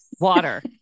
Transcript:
Water